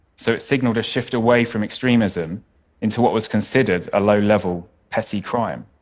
so it signaled a shift away from extremism into what was considered a low-level petty crime.